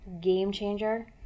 Game-changer